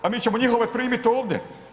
A mi ćemo njihove primiti ovdje.